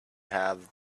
have